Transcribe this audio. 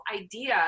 idea